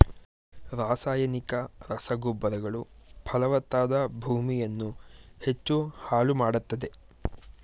ರಾಸಾಯನಿಕ ರಸಗೊಬ್ಬರಗಳು ಫಲವತ್ತಾದ ಭೂಮಿಯನ್ನು ಹೆಚ್ಚು ಹಾಳು ಮಾಡತ್ತದೆ